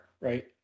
Right